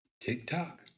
TikTok